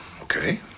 okay